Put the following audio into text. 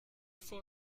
for